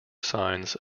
signs